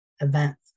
events